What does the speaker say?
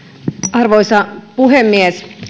arvoisa puhemies